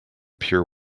pure